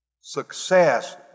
success